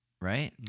right